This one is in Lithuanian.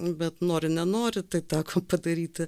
bet nori nenori tai teko padaryti